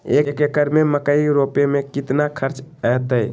एक एकर में मकई रोपे में कितना खर्च अतै?